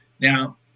Now